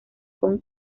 con